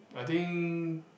I think